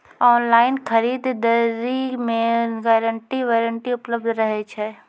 Online खरीद दरी मे गारंटी वारंटी उपलब्ध रहे छै?